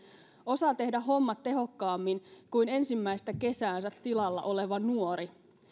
osaa tehdä hommat tehokkaammin kuin ensimmäistä kesäänsä tilalla oleva nuori